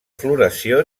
floració